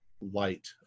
light